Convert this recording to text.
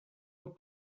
amb